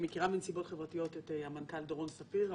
אני מכירה מנסיבות חברתיות את המנכ"ל דורון ספיר,